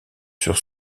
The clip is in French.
sur